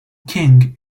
king